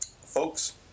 Folks